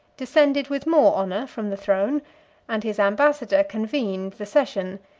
descended with more honor from the throne and his ambassador convened the session,